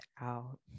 out